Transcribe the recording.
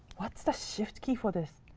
what's the shift key for this?